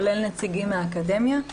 כולל נציגים מהאקדמיה,